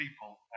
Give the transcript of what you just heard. people